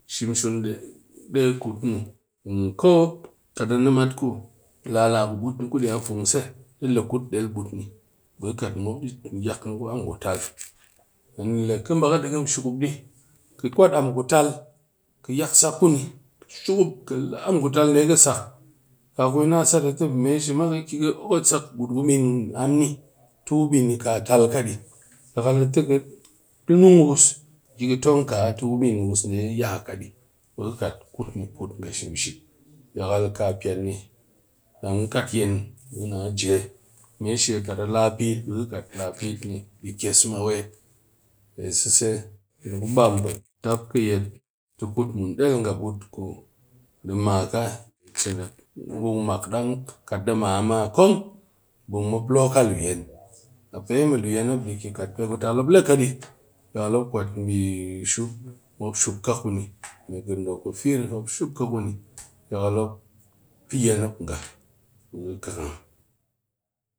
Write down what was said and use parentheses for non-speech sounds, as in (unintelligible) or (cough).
(unintelligible) ko kat a nɨmat ku lala ku buut ni ku ɗɨya fun se, ɗɨ le kuut del buut ni ɓe kɨ kwat am ku tal, kɨ baa ka yak but ni deghem showp ɗɨ kɨ kwat am ku tal ka yak sak kuni shwp ku am ku tal kɨ shwop ku ni, kɨ le am ku tal ndee ni kɨ sak ka ku na sat a ti me shi ma ka kɨ okot sak but wubin ni am ni tɨ wubin ni ka tal ka nun wus kɨ tong ka ni te wubin ni ka tal ka dɨ yakal kaapen ni dang kat yine ni ɓe ɗɨ jee. Mee shi kat lapit ɓe kɨ kat kes ɗɨ maa weet ni ɗɨ yet ka pe seze, ni ku bam pweet tap ki yet kuut del nga but ku di maa ka yi cin rep ngun mak dang kat di maa a maa kong be mop loo ka luyen a pe me luyen di ki kat pe ku tal yakal mop kwat mbi shuup ngdo ku fir, gindo ku fir mop shuup ka kuni yakal mop pɨ yine mop nga.